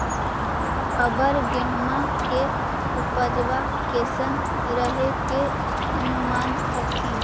अबर गेहुमा के उपजबा कैसन रहे के अनुमान हखिन?